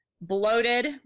bloated